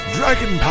Dragon